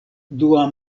dua